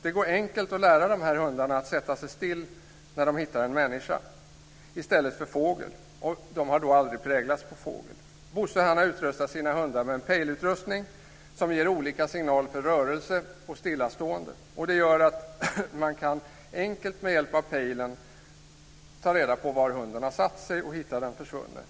Det går enkelt att lära de här hundarna att sätta sig still när de hittar en människa i stället för en fågel. De har aldrig präglats på fågel. Bosse har utrustat sina hundar med en pejlutrustning som ger olika signal för rörelse och stillastående. Det gör att man enkelt med hjälp av pejlen kan ta reda på var hunden har satt sig och hitta den försvunne.